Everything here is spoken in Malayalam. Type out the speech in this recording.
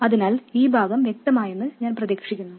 അതിനാൽ ഈ ഭാഗം വ്യക്തമാണെന്ന് ഞാൻ പ്രതീക്ഷിക്കുന്നു